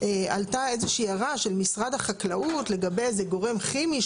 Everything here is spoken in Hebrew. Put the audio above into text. עלתה איזה שהיא הערה של משרד החקלאות לגבי איזה גורם כימי,